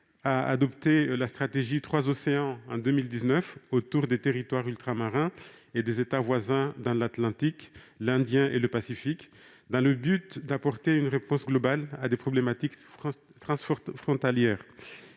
a adopté la stratégie Trois Océans, autour des territoires ultramarins et des États voisins dans l'Atlantique, l'Indien et le Pacifique, dans le but d'apporter une réponse globale à des problématiques transfrontalières